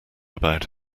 about